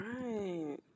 right